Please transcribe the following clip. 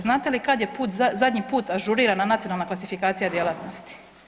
Znate li kad je zadnji put ažurirana Nacionalna klasifikacija djelatnosti?